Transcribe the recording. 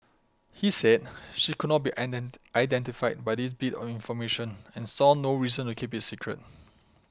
he said she could not be identified by this bit of information and saw no reason to keep it secret